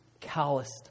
calloused